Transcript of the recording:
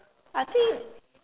I think